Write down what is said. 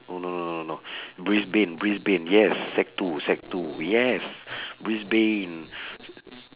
oh no no no no brisbane brisbane yes sec two sec two yes brisbane